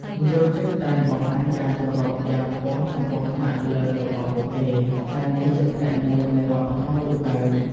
និយោជិតតែងបង្ហាញការគោរពយ៉ាងខ្ពស់ចំពោះថ្នាក់លើរបស់ពួកគេ ដែលនេះជាផ្នែកមួយនៃវប្បធម៌ទូទៅ។